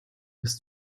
bis